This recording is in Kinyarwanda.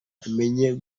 amenya